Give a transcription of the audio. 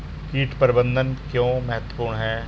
कीट प्रबंधन क्यों महत्वपूर्ण है?